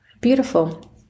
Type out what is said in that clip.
Beautiful